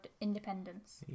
Independence